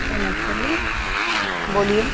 नमस्ते बोलिए